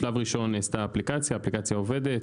נעשתה אפליקציה, היא עובדת.